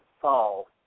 fall